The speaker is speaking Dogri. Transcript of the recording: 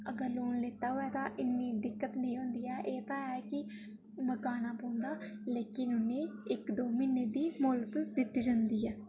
अगर लैता होऐ तां इन्नी दिक्कत नेईं होंदी ऐ कि मकाना पौंदा लेकिन इ'नें गी इक द'ऊं म्हीनै दी मोह्लत दिती जंदी ऐ